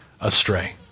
astray